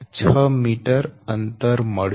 6 metre અંતર મળશે